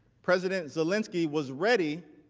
president zelensky was ready